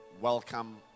welcome